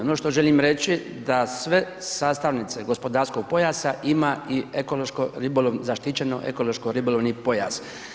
Ono što želim reći da sve sastavnice gospodarskog pojasa ima i ekološko ribolovni, zaštićeno ekološko ribolovni pojas.